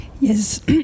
Yes